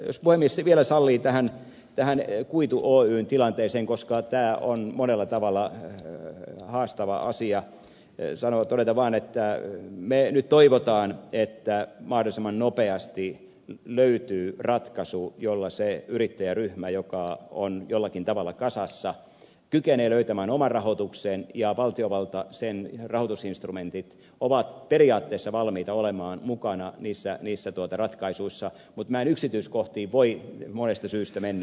jos puhemies vielä sallii haluan tähän kuitu oyn tilanteeseen todeta koska tämä on monella tavalla haastava asia että me nyt toivomme että mahdollisimman nopeasti löytyy ratkaisu jolla se yrittäjäryhmä joka on jollakin tavalla kasassa kykenee löytämään oman rahoituksen ja että valtiovalta sen rahoitusinstrumentit on periaatteessa valmis olemaan mukana niissä ratkaisuissa mutta minä en yksityiskohtiin voi monesta syytä mennä